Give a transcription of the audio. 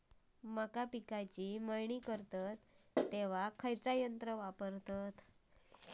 मका पिकाची मळणी करतत तेव्हा खैयचो यंत्र वापरतत?